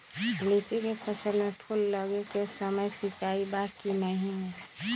लीची के फसल में फूल लगे के समय सिंचाई बा कि नही?